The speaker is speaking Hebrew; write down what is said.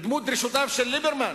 בדמות דרישותיו של ליברמן,